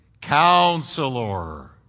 Counselor